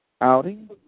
outing